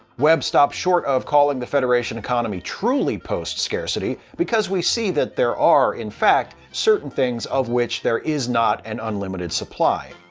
webb stops short of calling the federation economy truly post-scarcity because we see that there are, in fact, certain things of which there is not an unlimited supply.